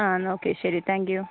ആ എന്നാൽ ഓക്കെ ശരി താങ്ക്യൂ